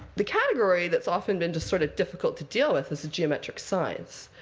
the category that's often been just sort of difficult to deal with is the geometric signs.